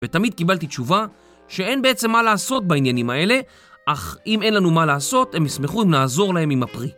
ותמיד קיבלתי תשובה, שאין בעצם מה לעשות בעניינים האלה, אך אם אין לנו מה לעשות, הם יסמכו אם נעזור להם עם הפרי.